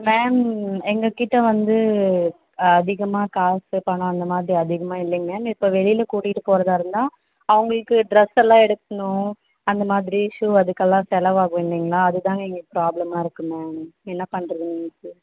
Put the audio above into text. ma'am எங்கள்கிட்ட வந்து அதிகமாக காசு பணம் அந்தமாதிரி அதிகமாக இல்லைங்க மேம் இப்போ வெளியில கூட்டிட்டு போறதாக இருந்தால் அவங்களுக்கு ட்ரஸ்ஸெல்லாம் எடுக்கணும் அந்தமாதிரி ஷூ அதற்கெல்லாம் செலவாகும் இல்லைங்களா அது தான் எங்களுக்கு ப்ராப்ளமாக இருக்கு மேம் என்ன பண்ணுறதுன்ட்டு